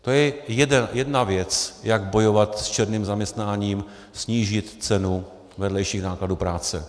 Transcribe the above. To je jedna věc, jak bojovat s černým zaměstnáním, snížit cenu vedlejších nákladů práce.